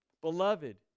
Beloved